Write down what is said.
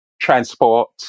transport